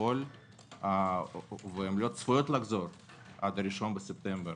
לפעול והן לא צפויות לחזור עד 1 בספטמבר.